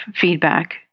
feedback